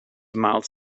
mouths